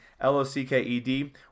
L-O-C-K-E-D